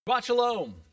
Shalom